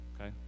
okay